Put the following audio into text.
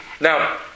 Now